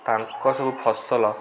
ତାଙ୍କ ସବୁ ଫସଲ